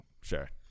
Sure